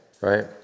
right